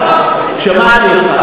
שמעתי אותך, שמעתי אותך.